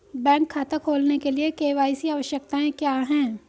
Bank खाता खोलने के लिए के.वाई.सी आवश्यकताएं क्या हैं?